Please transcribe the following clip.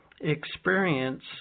experience